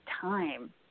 time